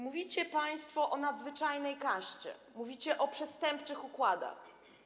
Mówicie państwo o nadzwyczajnej kaście, mówicie o przestępczych układach.